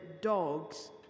dogs